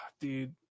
dude